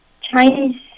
Chinese